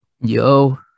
Yo